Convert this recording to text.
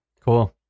Cool